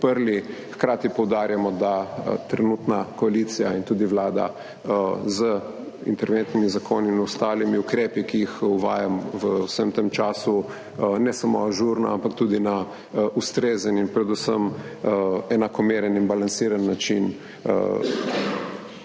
podprli. Hkrati poudarjamo, da trenutna koalicija in tudi Vlada z interventnimi zakoni in ostalimi ukrepi, ki jih uvajamo v vsem tem času, ne samo ažurno, ampak tudi na ustrezen in predvsem enakomeren in balansiran način